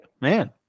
man